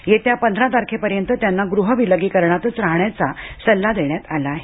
तरीही येत्या पंधरा तारखेपर्यंत महापौरांना गृह विलगीकरणात राहण्याचा सल्ला देण्यात आला आहे